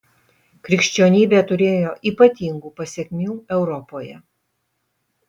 krikščionybė turėjo ypatingų pasekmių europoje